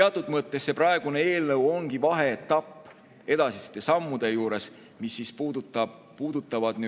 teatud mõttes praegune eelnõu ongi vaheetapp edasiste sammude juures, mis puudutavad